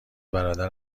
برادر